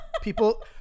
People